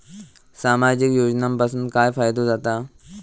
सामाजिक योजनांपासून काय फायदो जाता?